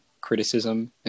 criticism